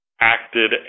acted